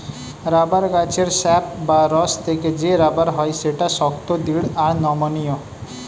rubber গাছের sap বা রস থেকে যে রাবার হয় সেটা শক্ত, দৃঢ় আর নমনীয়